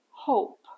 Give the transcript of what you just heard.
hope